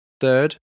Third